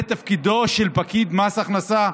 זה תפקידו של פקיד מס הכנסה?